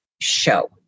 show